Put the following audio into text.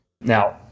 Now